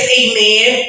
amen